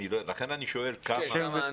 לכן אני שואל כמה?